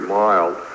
mild